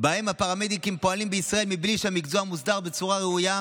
שבהם הפרמדיקים פועלים בישראל בלי שהמקצוע מוסדר בצורה ראויה,